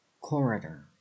Corridor